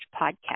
podcast